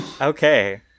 okay